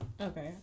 Okay